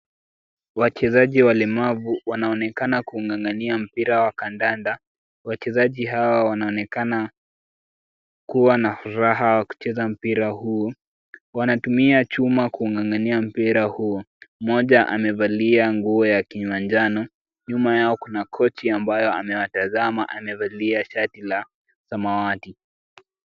Wachezaji walemavu wanaonekana kung'ang'ania mpira wa kandanda. Wachezaji hawa wanaonekana kuwa na furaha wakicheza mpira huu. Wanatumia chuma kung'ang'ania mpira huu. Moja amevalia nguo ya kimanjano, nyuma yao kuna koti ambayo amewatazama amevalia shati la samawati.